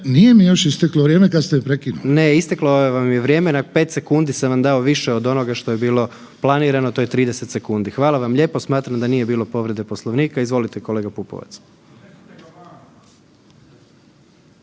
nije mi još isteklo vrijeme kad ste me prekinuli. **Jandroković, Gordan (HDZ)** Ne, isteklo vam je vrijeme na 5 sekundi sam vam dao više od onoga što je bilo planirano, to je 30 sekundi. Hvala vam lijepo. Smatram da nije bilo povrede Poslovnika, izvolite kolega Pupovac.